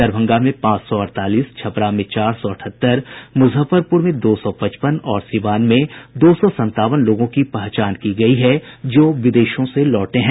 दरभंगा में पांच सौ अड़तालीस छपरा में चार सौ अठहत्तर मुजफ्फरपुर में दो सौ पचपन और सीवान में दो सौ सत्तावन लोगों की पहचान की गयी है जो विदेशों से लौटे हैं